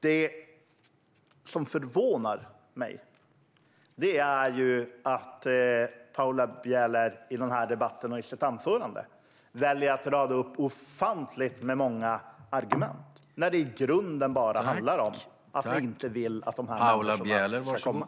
Det som förvånar mig är att Paula Bieler här i debatten och i sitt anförande väljer att rada upp ofantligt många argument. I grunden handlar det ju bara om att ni inte vill att de som är här skulle ha kommit.